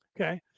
Okay